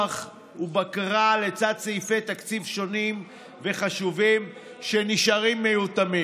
ובקרה לצד סעיפי תקציב שונים וחשובים שנשארים מיותמים,